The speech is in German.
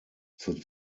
zur